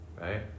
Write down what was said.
Right